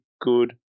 good